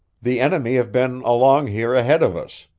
the enemy have been along here ahead of us,